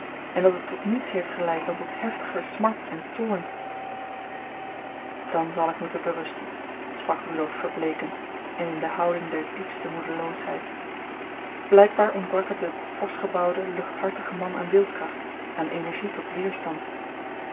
en dat het tot niets heeft geleid dan tot heftiger smart en toorn dan zal ik moeten berusten sprak rudolf verbleekend en in de houding der diepste moedeloosheid blijkbaar ontbrak het den forschgebouwden luchthartigen man aan wilskracht aan energie tot weerstand